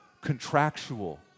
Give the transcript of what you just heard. contractual